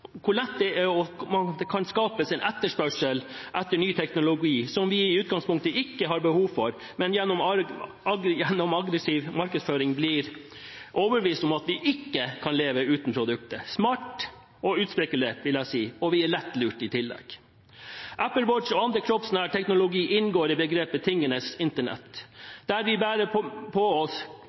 etterspørsel etter ny teknologi som vi i utgangspunktet ikke har behov for, men som vi gjennom aggressiv markedsføring blir overbevist om at vi ikke kan leve uten. Smart og utspekulert, vil jeg si, og vi er lettlurt i tillegg. Apple Watch og annen kroppsnær teknologi inngår i begrepet «tingenes Internett», der det vi bærer på oss,